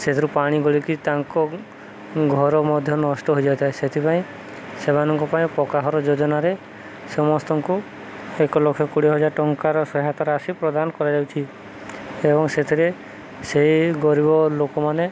ସେଥିରୁ ପାଣି ଗଳିକି ତାଙ୍କ ଘର ମଧ୍ୟ ନଷ୍ଟ ହୋଇଯାଇଥାଏ ସେଥିପାଇଁ ସେମାନଙ୍କ ପାଇଁ ପକ୍କା ଘର ଯୋଜନାରେ ସମସ୍ତଙ୍କୁ ଏକ ଲକ୍ଷ କୋଡ଼ିଏ ହଜାର ଟଙ୍କାର ସହାୟତା ରାଶି ପ୍ରଦାନ କରାଯାଉଛି ଏବଂ ସେଥିରେ ସେଇ ଗରିବ ଲୋକମାନେ